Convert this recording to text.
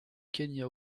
kenya